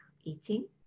eating